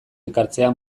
ekartzea